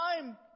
time